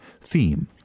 Theme